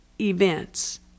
events